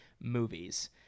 movies